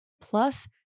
plus